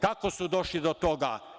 Kako su došli do toga?